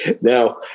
Now